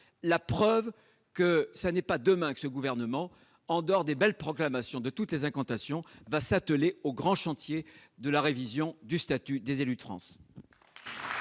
ainsi que ce n'est pas demain que ce gouvernement, en dépit des belles proclamations et des incantations, s'attellera au grand chantier de la révision du statut des élus de France.